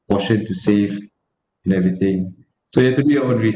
portion to save and everything so you have to do your own re~